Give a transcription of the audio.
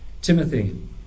Timothy